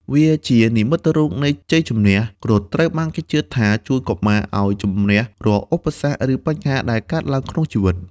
វាជានិមិត្តរូបនៃជ័យជំនះ គ្រុឌត្រូវបានគេជឿថាជួយកុមារឱ្យជម្នះរាល់ឧបសគ្គ ឬបញ្ហាដែលកើតឡើងក្នុងជីវិត។